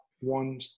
one